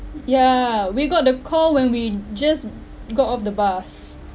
yeah we got the call when we just got off the bus